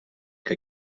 que